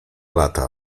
lata